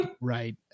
Right